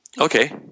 okay